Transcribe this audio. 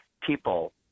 people